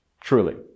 Truly